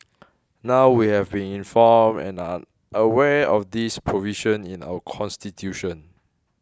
now we have been informed and are aware of this provision in our constitution